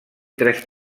tres